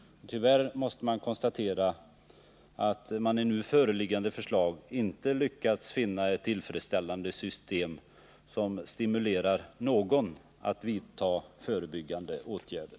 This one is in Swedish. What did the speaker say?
Tyvärr måste man konstatera att regeringen i nu föreliggande förslag inte lyckats finna ett tillfredsställande system som stimulerar någon att vidta förebyggande åtgärder.